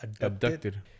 abducted